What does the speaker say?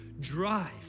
drive